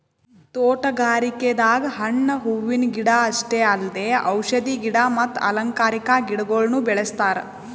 ತೋಟಗಾರಿಕೆದಾಗ್ ಹಣ್ಣ್ ಹೂವಿನ ಗಿಡ ಅಷ್ಟೇ ಅಲ್ದೆ ಔಷಧಿ ಗಿಡ ಮತ್ತ್ ಅಲಂಕಾರಿಕಾ ಗಿಡಗೊಳ್ನು ಬೆಳೆಸ್ತಾರ್